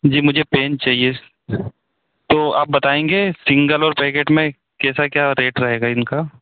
जी मुझे पेन चाहिए तो आप बताएंगे सिंगल और पैकेट में कैसा क्या रेट रहेगा इनका